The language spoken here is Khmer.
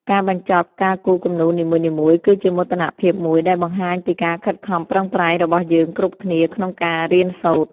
ការបញ្ចប់ការគូរគំនូរនីមួយៗគឺជាមោទនភាពមួយដែលបង្ហាញពីការខិតខំប្រឹងប្រែងរបស់យើងគ្រប់គ្នាក្នុងការរៀនសូត្រ។